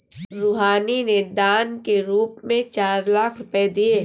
रूहानी ने दान के रूप में चार लाख रुपए दिए